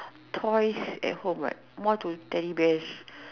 toys at home right more to Teddies bears